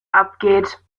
abgeht